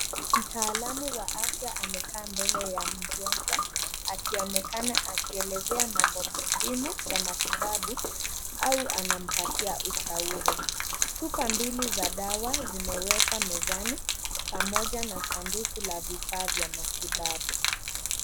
Mtaalamu wa afya amekaa mbele ya mgonjwa akionekana akielezea mambo muhimu ya matibabu au anampatia ushauri. Chupa mbili za dawa zimewekwa mezani pamoja na vifaa vya sanduku ya matibabu.